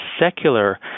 secular